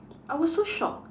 I was so shocked